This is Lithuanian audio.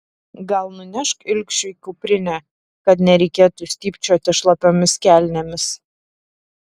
gal nunešk ilgšiui kuprinę kad nereikėtų stypčioti šlapiomis kelnėmis